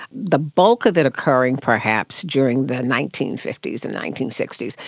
the bulk of it occurring perhaps during the nineteen fifty s and nineteen sixty s,